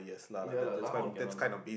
ya lah lah can not lah